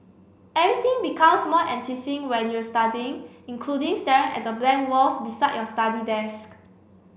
everything becomes more when you're studying including staring at the blank walls beside your study desk